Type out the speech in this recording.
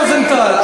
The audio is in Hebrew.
רוזנטל,